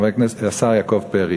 חבר הכנסת השר יעקב פרי,